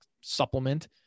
supplement